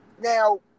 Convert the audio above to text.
Now